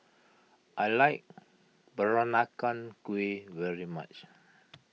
I like Peranakan Kueh very much